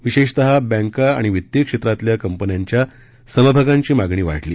विशेषतः बँकाआणि वितीय क्षेत्रातल्या कंपन्यांच्या समभागांची मागणी वाढली